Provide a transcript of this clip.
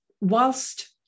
Whilst